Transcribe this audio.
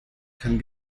kann